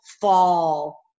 fall